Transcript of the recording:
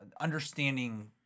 understanding